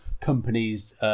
companies